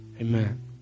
Amen